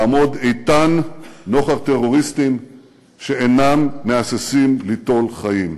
לעמוד איתן נוכח טרוריסטים שאינם מהססים ליטול חיים.